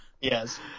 yes